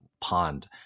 pond